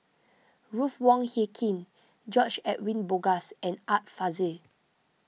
Ruth Wong Hie King George Edwin Bogaars and Art Fazil